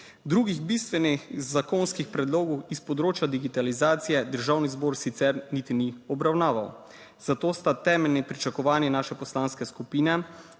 Drugih bistvenih zakonskih predlogov iz področja digitalizacije Državni zbor sicer niti ni obravnaval, zato sta temeljni pričakovanji naše poslanske skupine,